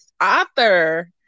author